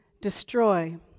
destroy